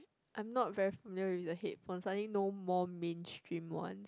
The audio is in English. I'm not very familiar with the headphones I only know more mainstream ones